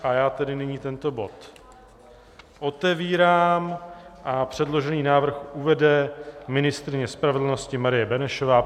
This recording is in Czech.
A já tedy nyní tento bod otevírám a předložený návrh uvede ministryně spravedlnosti Marie Benešová.